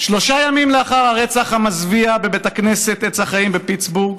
שלושה ימים לאחר הרצח המזוויע בבית הכנסת עץ החיים בפיטסבורג,